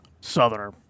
southerner